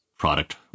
product